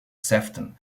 sefton